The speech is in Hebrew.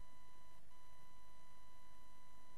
לעדה הדרוזית, אני